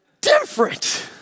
different